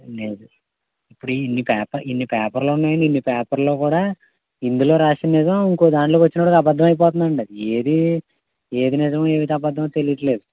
లేదు ఇప్పుడు ఇన్ని పేప ఇన్నిపేపర్లున్నాయండి ఇన్నిపేపర్లు కూడా ఇందులో రాసింది ఇంకో దాంట్లోకొచ్చినప్పడికి అబద్ధం అయిపోతుందండి ఏదీ ఏది నిజం ఏది అబద్ధమో తెలియట్లేదు